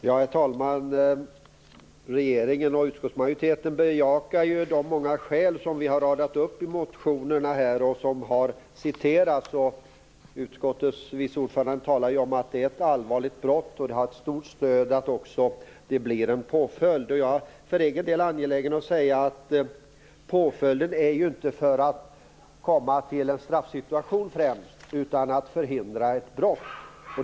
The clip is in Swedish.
Herr talman! Regeringen och utskottsmajoriteten bejakar ju de många skäl som vi har radat upp i motionerna och som har citerats här. Utskottets vice ordförande talar ju om att det är ett allvarligt brott och att det finns ett stort stöd för att det blir en påföljd. Jag är för egen del angelägen att säga att påföljden inte främst är till för att komma till en straffsituation utan för att förhindra ett brott.